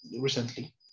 recently